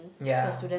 ya